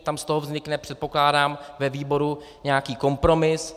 Tam z toho vznikne, předpokládám, ve výboru nějaký kompromis.